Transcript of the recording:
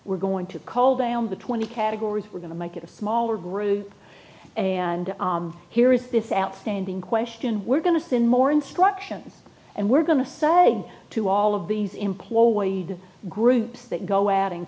we're going to call they on the twenty categories we're going to make it a smaller group and here is this outstanding question we're going to see more instructions and we're going to say to all of these employed groups that go out